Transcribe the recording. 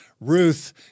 Ruth